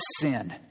sin